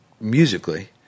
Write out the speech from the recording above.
musically